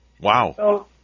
Wow